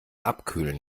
abkühlen